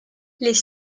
les